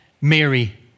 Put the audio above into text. Mary